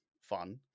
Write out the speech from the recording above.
fun